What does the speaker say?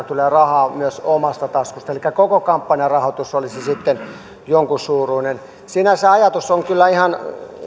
tulee rahaa myös omasta taskusta elikkä koko kampanjarahoitus olisi sitten jonkunsuuruinen sinänsä ajatus on kyllä ihan